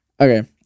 Okay